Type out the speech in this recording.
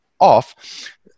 off